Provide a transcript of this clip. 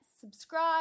subscribe